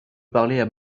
parler